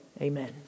Amen